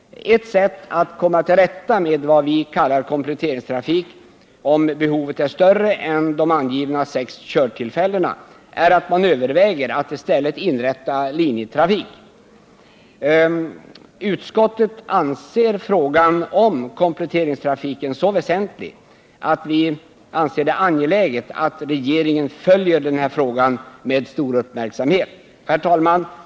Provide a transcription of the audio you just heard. Ett sätt att komma till rätta med vad vi kallar kompletteringstrafik, om behovet är större än de angivna sex körtillfällena, är att man överväger att i stället inrätta linjetrafik. Utskottet anser frågan om kompletteringstrafiken väsentlig och finner det angeläget att regeringen följer frågan med stor uppmärksamhet. Herr talman!